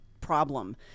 problem